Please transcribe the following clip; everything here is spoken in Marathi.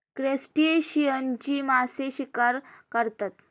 क्रस्टेशियन्सची मासे शिकार करतात